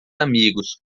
amigos